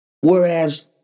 Whereas